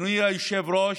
אדוני היושב-ראש,